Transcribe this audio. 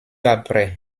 après